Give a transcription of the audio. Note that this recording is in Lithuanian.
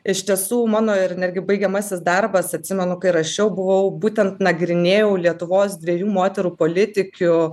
iš tiesų mano ir netgi baigiamasis darbas atsimenu kai rašiau buvau būtent nagrinėjau lietuvos dviejų moterų politikių